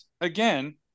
again